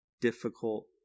difficult